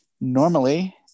normally